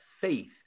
faith